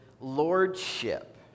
lordship